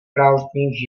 prázdných